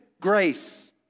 grace